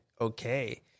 okay